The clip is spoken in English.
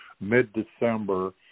mid-december